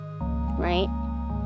right